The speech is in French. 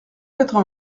quatre